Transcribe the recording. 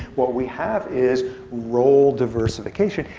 what we have is role diversification.